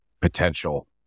potential